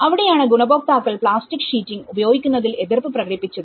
അവിടെയാണ് ഗുണഭോക്താക്കൾ plastic sheeting ഉപയോഗിക്കുന്നതിൽ എതിർപ്പ് പ്രകടിപ്പിച്ചത്